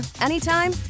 anytime